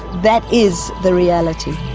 that is the reality.